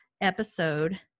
episode